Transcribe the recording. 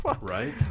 Right